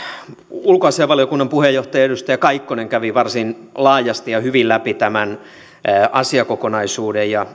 ulkoasiainvaliokunnan puheenjohtaja edustaja kaikkonen kävi varsin laajasti ja hyvin läpi tämän asiakokonaisuuden ja